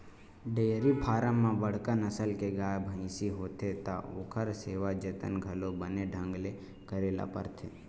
dairy farm म बड़का नसल के गाय, भइसी होथे त ओखर सेवा जतन घलो बने ढंग ले करे ल परथे